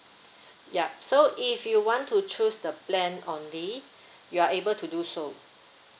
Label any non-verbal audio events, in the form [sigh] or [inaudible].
yup so if you want to choose the plan only [breath] you are able to do so